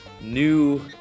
new